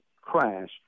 crash